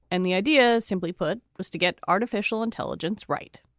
and the idea, simply put, was to get artificial intelligence right